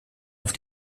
auf